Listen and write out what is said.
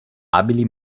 abili